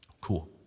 cool